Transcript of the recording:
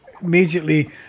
immediately